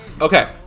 Okay